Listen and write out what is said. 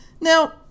Now